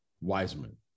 Wiseman